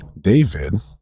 David